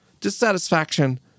Dissatisfaction